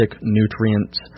nutrients